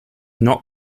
not